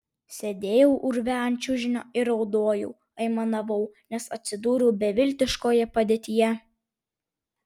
sėdėjau urve ant čiužinio ir raudojau aimanavau nes atsidūriau beviltiškoje padėtyje